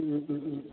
ও ও ও